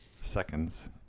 Seconds